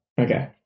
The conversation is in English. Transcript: Okay